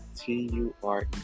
T-U-R-E